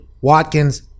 Watkins